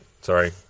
Sorry